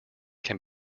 can